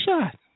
shot